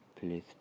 Please